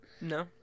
No